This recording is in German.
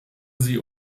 sie